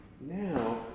now